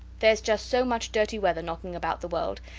theres just so much dirty weather knocking about the world,